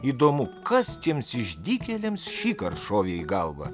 įdomu kas tiems išdykėliams šįkart šovė į galvą